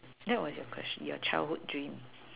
that was your question your childhood dream